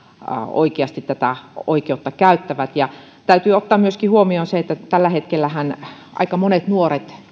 oikeasti tätä oikeutta käyttävät täytyy ottaa myöskin huomioon se että tällä hetkellähän aika monet nuoret